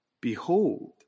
Behold